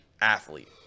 athlete